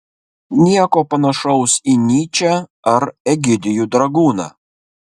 nieko panašaus į nyčę ar egidijų dragūną